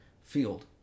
field